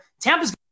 Tampa's